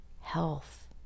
health